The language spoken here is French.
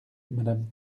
madame